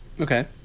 Okay